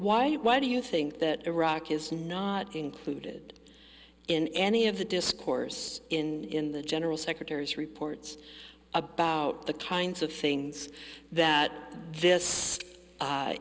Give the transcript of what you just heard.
why why do you think that iraq is not included in any of the discourse in the general secretary's reports about the kinds of things that this